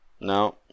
No